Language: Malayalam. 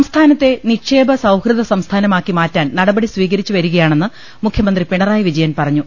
സംസ്ഥാനത്തെ നിക്ഷേപ സൌഹൃദ സംസ്ഥാനമാക്കി മാറ്റാൻ നടപടി സ്വീകരിച്ചുവരികയാണെന്ന് മുഖ്യമന്ത്രി പിണറായി വിജയൻ പറഞ്ഞു